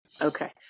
Okay